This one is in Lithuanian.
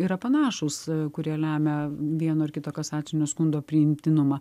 yra panašūs kurie lemia vieno ar kito kasacinio skundo priimtinumą